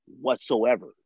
whatsoever